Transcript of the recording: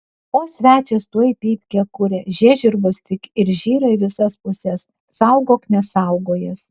o svečias tuoj pypkę kuria žiežirbos tik ir žyra į visas puses saugok nesaugojęs